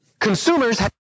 consumers